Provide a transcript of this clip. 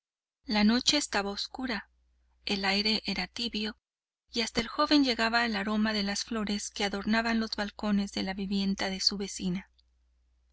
la noche estaba obscura el aire era tibio y hasta el joven llegaba el aroma de las flores que adornaban los balcones de la vivienda de su vecina